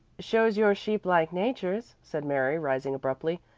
shows your sheep-like natures, said mary, rising abruptly.